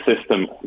system